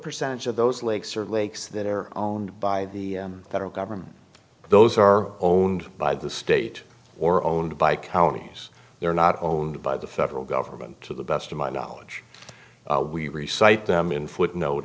percentage of those lakes are lakes that their own by the federal government those are owned by the state or owned by counties they're not owned by the federal government to the best of my knowledge we re site them in footnote